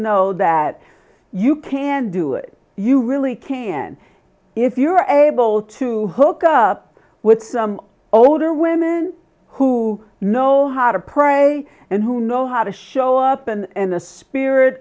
know that you can do it you really can if you're able to hook up with some older women who know how to pray and who know how to show up and in a spirit